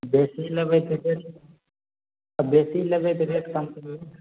बेसी लेबै तऽ बेस आ बेसी लेबै तऽ बेस कम करबै ने